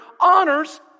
honors